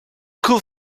could